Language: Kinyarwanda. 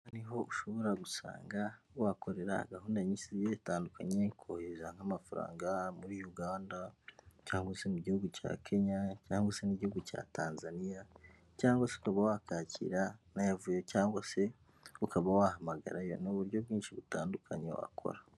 Ni ho ushobora gusanga wakorera gahunda nyinshi zigiye zitandukanye kohereza nk'amafaranga muri Uganda, cyangwa se mu gihugu cya Kenya cyangwa se n'igihugu cya Tanzaniya cyangwa se ukaba wakakira n'ayavuyeyo cyangwa se ukaba wahamagarayo. Ni uburyo bwinshi butandukanye wakora.